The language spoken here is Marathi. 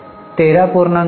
तर 13